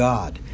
God